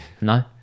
No